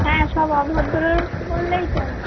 হ্যাঁ সব অভদ্র বললেই চলে